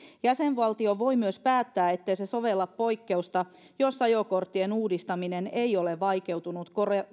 jäsenvaltio voi myös päättää ettei se sovella poikkeusta jos ajokorttien uudistaminen ei ole vaikeutunut